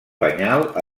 penyal